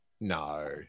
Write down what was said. No